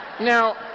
Now